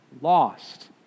lost